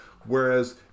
Whereas